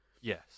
yes